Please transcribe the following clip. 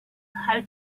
how